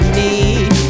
need